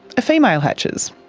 a female hatches.